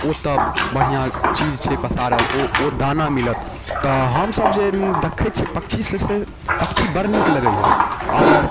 ओतऽ बढ़िआँ चीज छै पसारल ओ ओ दाना मिलत तऽ हमसभ जे देखै छिए पक्षी से से पक्षी बड़ नीक लगैए अगर